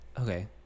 Okay